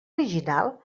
original